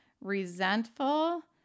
resentful